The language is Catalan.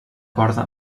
corda